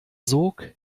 sog